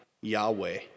Yahweh